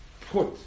put